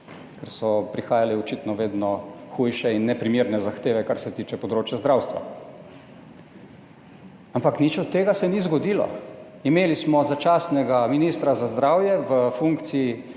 ker so prihajale očitno vedno hujše in neprimerne zahteve, kar se tiče področja zdravstva. Ampak nič od tega se ni zgodilo. Imeli smo začasnega ministra za zdravje, v funkciji